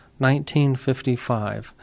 1955